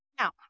Now